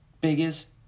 biggest